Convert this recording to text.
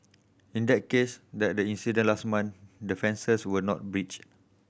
in that case that the incident last month the fences were not breached